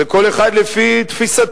זה כל אחד לפי תפיסתו.